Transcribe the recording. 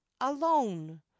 alone